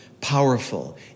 powerful